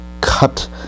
cut